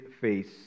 face